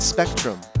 Spectrum